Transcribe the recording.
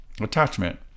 attachment